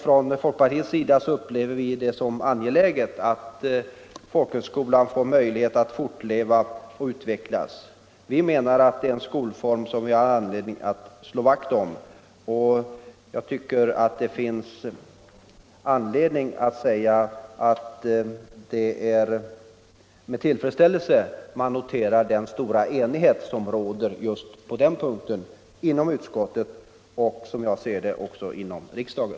Från folkpartiets sida upplever vi det som angeläget att folkhögskolan får möjlighet att fortleva och utvecklas. Vi menar att det är en skolform som det finns anledning att slå vakt om. Det är också med tillfredsställelse jag noterar den stora enighet som råder just på den punkten inom utskottet och — som jag tror — också inom riksdagen.